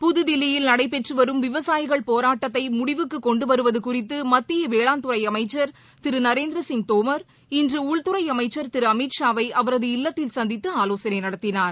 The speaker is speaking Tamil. புதுதில்லியில் நடைபெற்றுவரும் விவசாயிகள் போராட்டத்தைமுடிவுக்குகொண்டுவருவதுகுறித்தமத்தியவேளாண் துறைஅளமச்சர் திருநரேந்திரசிப் தோமர் இன்றுடன்துறைஅமைச்சர்திருஅமித்ஷாவை அவரது இல்லத்தில் சந்தித்துஆலோசனைநடத்தினார்